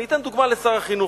אני אתן דוגמה לשר החינוך.